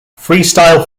freestyle